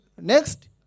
Next